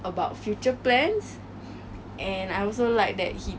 if I was dating somebody